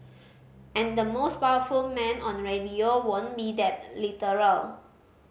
and the most powerful man on radio won't be that literal